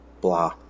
blah